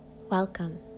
Welcome